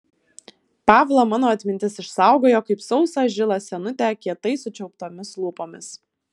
pavlą mano atmintis išsaugojo kaip sausą žilą senutę kietai sučiauptomis lūpomis